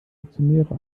aktionäre